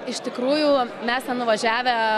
iš tikrųjų mes ten nuvažiavę